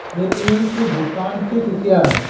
मेरे ऋण की भुगतान तिथि क्या है?